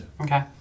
Okay